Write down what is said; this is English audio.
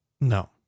No